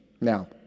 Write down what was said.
Now